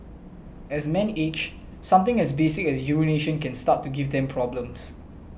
as men age something as basic as urination can start to give them problems